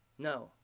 no